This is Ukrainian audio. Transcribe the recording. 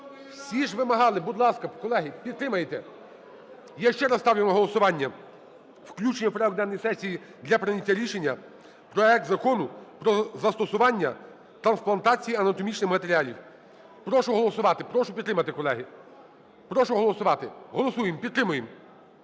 Всі ж вимагали, будь ласка, колеги, підтримайте. Я ще раз ставлю на голосування включення в порядок денний сесії для прийняття рішення проект Закону про внесення змін до Закону України про застосування трансплантації анатомічних матеріалів. Прошу голосувати, прошу підтримати, колеги. Прошу голосувати. Голосуємо, підтримуємо,